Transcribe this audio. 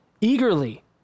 Eagerly